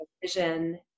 vision